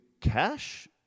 cash